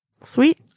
sweet